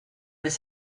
les